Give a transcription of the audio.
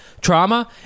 trauma